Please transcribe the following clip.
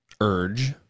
urge